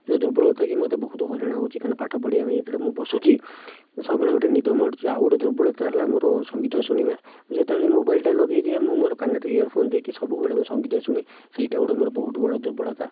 ଯେଉଁ ଦୁର୍ବଳତାକି ମୋତେ ବହୁତ ହଇରାଣ ହେଉଛି କାହିଁକିନା ପାଠ ପଢ଼ିବା ପାଇଁ ଯେତେବେଳେ ମୁଁ ବସୁଛି ସବୁବେଳେ ଗୋଟିଏ ମାଡ଼ୁଛି ଆଉ ଗୋଟିଏ ଦୁର୍ବଳତା ହେଲା ମୋ'ର ସଙ୍ଗୀତ ଶୁଣିବା ଯେତେବେଳେ ମୋବାଇଲଟା ଲଗେଇ ଦିଏ ମୁଁ ମୋ'ର କାନରେ ଇୟରଫୋନ ଦେଇକି ସବୁବେଳେ ମୁଁ ସଙ୍ଗୀତ ଶୁଣେ ସେଇଟା ଗୋଟିଏ ମୋ'ର ବହୁତ ବଡ଼ ଦୁର୍ବଳତା